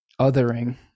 othering